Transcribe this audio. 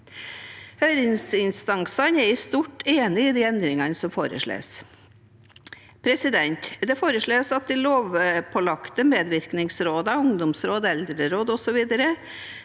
Høringsinstansene er i stort enig i de endringene som foreslås. Det foreslås at de lovpålagte medvirkningsrådene – ungdomsråd, eldreråd osv.